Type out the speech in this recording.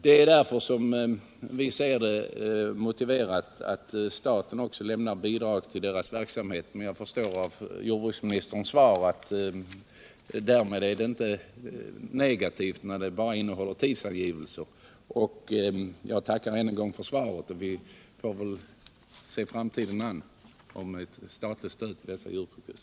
Det är därför, som vi ser det, motiverat att staten lämnar bidrag till deras verksamhet. Och jag förstår jordbruksministerns svar så att det inte är negativt, när det bara innehåller tidsangivelser. Jag tackar än en gång för svaret. Vi får väl se framtiden an när det gäller statligt stöd till dessa djursjukhus.